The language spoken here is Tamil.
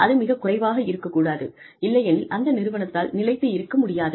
அது மிகக் குறைவாக இருக்கக் கூடாது இல்லையெனில் அந்த நிறுவனத்தால் நிலைத்து இருக்க முடியாது